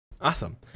Awesome